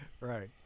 Right